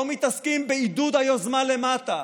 לא מתעסקים בעידוד היוזמה למטה,